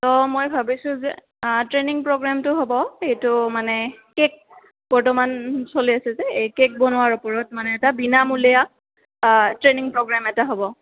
ত' মই ভাবিছোঁ যে ট্ৰেইনিং প্ৰগ্ৰেমটো হ'ব এইটো মানে কে'ক বৰ্তমান চলি আছে যে এই কে'ক বনোৱাৰ ওপৰত মানে এটা বিনামূলীয়া ট্ৰেইনিং প্ৰগ্ৰেম এটা হ'ব